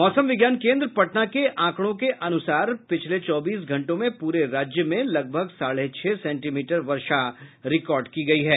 मौसम विज्ञान केन्द्र पटना के आंकड़ों के अनुसार पिछले चौबीस घंटों में पूरे राज्य में लगभग साढ़े छह सेंटीमीटर वर्षा रिकॉर्ड की गयी है